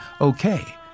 okay